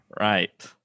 Right